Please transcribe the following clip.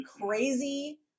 crazy